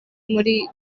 muri